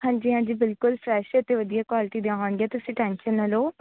ਹਾਂਜੀ ਹਾਂਜੀ ਬਿਲਕੁਲ ਫਰੈਸ਼ ਹੈ ਅਤੇ ਵਧੀਆ ਕੁਆਲਿਟੀ ਦੀਆਂ ਹੋਣਗੀਆਂ ਤੁਸੀਂ ਟੈਂਸ਼ਨ ਨਾ ਲਓ